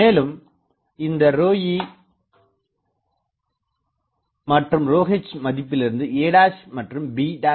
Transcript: மேலும் இந்த ρe மற்றும் ρh மதிப்பிலிருந்து a மற்றும் b